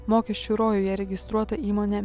mokesčių rojuje registruota įmone